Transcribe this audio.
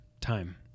Time